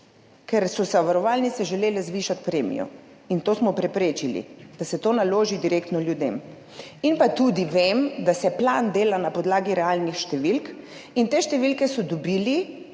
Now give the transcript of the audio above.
Ker so zavarovalnice želele zvišati premijo. In to smo preprečili, da se to naloži direktno ljudem. In pa tudi vem, da se plan dela na podlagi realnih številk in te številke so dobili